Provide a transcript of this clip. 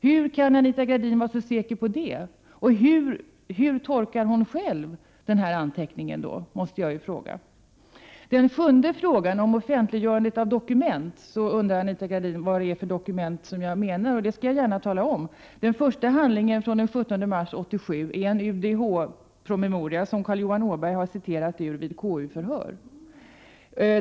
Hur kan Anita Gradin vara så säker på det? Jag måste fråga hur hon själv tolkar den här uppteckningen. Den sjunde frågan handlar om offentliggörande av dokument. Anita Gradin undrar vilka dokument jag menar, och det skall jag gärna tala om. Den första handlingen, från den 17 mars 1987, är en UDH-promemoria som Carl Johan Åberg har citerat ur vid ett KU-förhör.